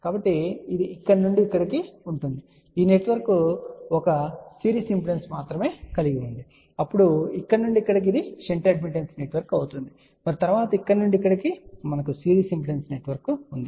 కాబట్టి ఇది ఇక్కడ నుండి ఇక్కడికి ఉంటుంది ఈ నెట్వర్క్ ఒక్క క సిరీస్ ఇంపిడెన్స్ మాత్రమే కలిగి ఉంది అప్పుడు ఇక్కడ నుండి ఇక్కడకు ఇది షంట్ అడ్మిటెన్స్ నెట్వర్క్ అవుతుంది మరియు తరువాత ఇక్కడ నుండి ఇక్కడకు మనకు సిరీస్ ఇంపిడెన్స్ నెట్వర్క్ ఉంటుంది